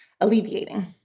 alleviating